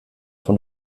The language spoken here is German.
von